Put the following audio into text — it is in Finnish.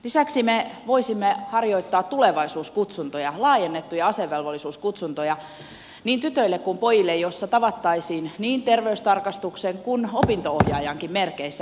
lisäksi me voisimme harjoittaa tulevaisuuskutsuntoja laajennettuja asevelvollisuuskutsuntoja niin tytöille kuin pojille joissa tavattaisiin niin terveystarkastuksen kuin opinto ohjauksenkin merkeissä